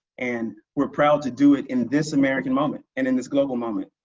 and we're proud to do it in this american moment and in this global moment.